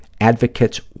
Advocates